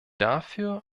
dafür